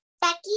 Becky